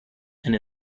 and